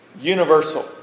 Universal